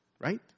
right